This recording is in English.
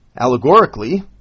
Allegorically